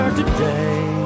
today